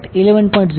691330